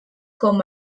com